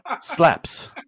Slaps